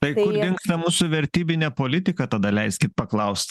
tai kur dingsta mūsų vertybinė politika tada leiskit paklaust